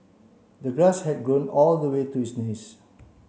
the grass had grown all the way to his knees